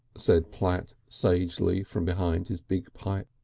said platt sagely from behind his big pipe.